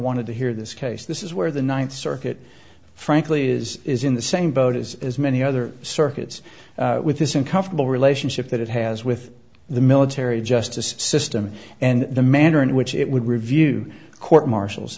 wanted to hear this case this is where the ninth circuit frankly is is in the same boat as many other circuits with this in comfortable relationship that it has with the military justice system and the manner in which it would review court martials